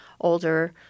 older